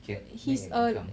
he's a